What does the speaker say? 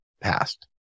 past